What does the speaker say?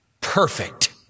perfect